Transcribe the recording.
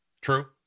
True